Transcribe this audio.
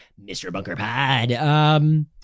mrbunkerpod